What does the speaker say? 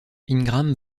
ingram